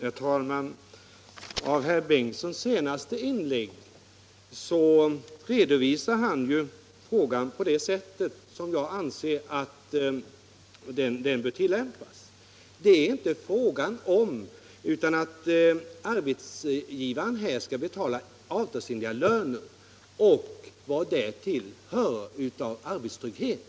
Herr talman! I sitt senaste inlägg redovisade ju herr Bengtsson systemet så som jag anser att det bör tillämpas. Det är inte fråga om annat än att arbetsgivaren skall betala avtalsenliga löner och svara för vad därtill hör av arbetstrygghet.